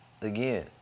again